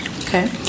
Okay